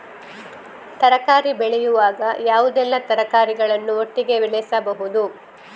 ತರಕಾರಿ ಬೆಳೆಯುವಾಗ ಯಾವುದೆಲ್ಲ ತರಕಾರಿಗಳನ್ನು ಒಟ್ಟಿಗೆ ಬೆಳೆಸಬಹುದು?